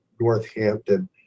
Northampton